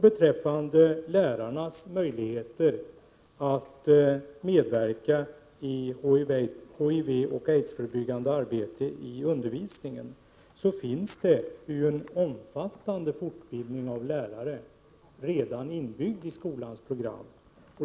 Beträffande lärarnas möjligheter att medverka i HIV och aidsförebyggande arbete i undervisningen finns det ju en omfattande fortbildning av lärare redan inbyggd i skolans program.